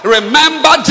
Remember